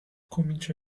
comincia